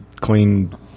clean